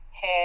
head